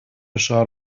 шаар